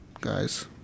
guys